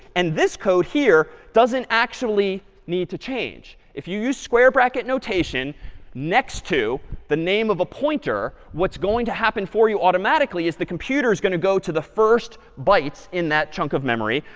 and this code here doesn't actually need to change. if you use square bracket notation next to the name of a pointer, what's going to happen for you automatically is the computer is going to go to the first byte in that chunk of memory.